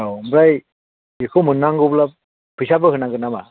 औ आमफाय बेखौ मोननांगौब्ला फैसाबो होनांगोन नामा